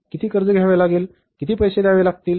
किती कर्ज घ्यावे लागेल आणि किती पैसे द्यावे लागतील